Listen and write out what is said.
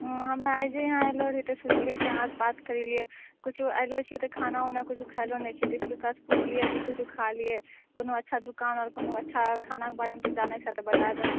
हमे एहिजे आयलो रहियै तऽ सोचलिए कि अहाँ से बात करि लिए किछौ आयलो छियै तऽ खाना उना किछु खायलो नहि छियै तऽ इसलिए तोरा से पुछलियै कि किछौ खाय लिए कोनो अच्छा दुकान आर कोनो अच्छा खानाके बारेमे तोँ जानै छह तऽ बता दहऽ